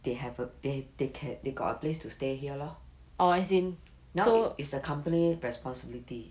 they have a they they can they got a place to stay here lor now it's the company responsibility